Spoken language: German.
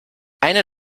einer